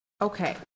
Okay